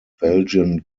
belgian